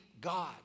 God